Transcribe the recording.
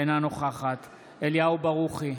אינה נוכחת אליהו ברוכי,